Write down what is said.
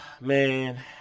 Man